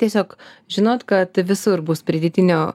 tiesiog žinot kad visur bus pridėtinio